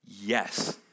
Yes